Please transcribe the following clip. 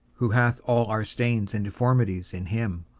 who hath all our stains and deformities in him?